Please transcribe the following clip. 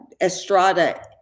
Estrada